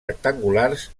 rectangulars